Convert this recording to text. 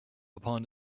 upon